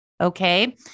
Okay